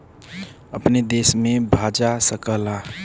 अपने देश में भजा सकला